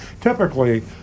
Typically